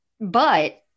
but-